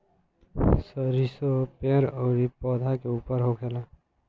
सरीसो पेड़ अउरी पौधा के ऊपर होखेला